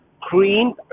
green